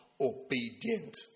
obedient